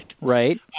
Right